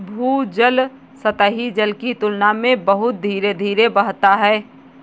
भूजल सतही जल की तुलना में बहुत धीरे धीरे बहता है